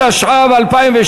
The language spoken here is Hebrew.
התשע"ב 2012,